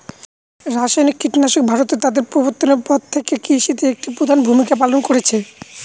রাসায়নিক কীটনাশক ভারতে তাদের প্রবর্তনের পর থেকে কৃষিতে একটি প্রধান ভূমিকা পালন করেছে